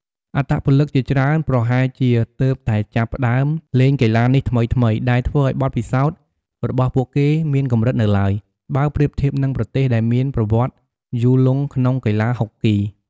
អត្តពលិកជាច្រើនប្រហែលជាទើបតែចាប់ផ្តើមលេងកីឡានេះថ្មីៗ ដែលធ្វើឲ្យបទពិសោធន៍របស់ពួកគេមានកម្រិតនៅឡើយ បើប្រៀបធៀបនឹងប្រទេសដែលមានប្រវត្តិយូរលង់ក្នុងកីឡាហុកគី។